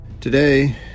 Today